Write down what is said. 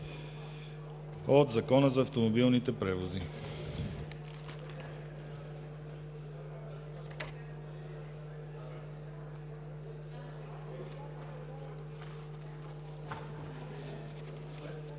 от Закона за автомобилните превози,